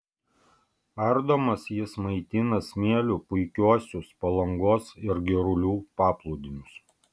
ardomas jis maitina smėliu puikiuosius palangos ir girulių paplūdimius